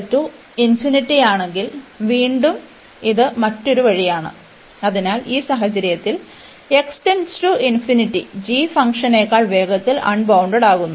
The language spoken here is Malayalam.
K ആണെങ്കിൽ വീണ്ടും ഇത് മറ്റൊരു വഴിയാണ് അതിനാൽ ഈ സാഹചര്യത്തിൽ g ഫംഗ്ഷനേക്കാൾ വേഗത്തിൽ അൺബൌണ്ടഡ്ഡാകുന്നു